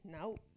Nope